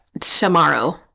tomorrow